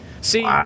See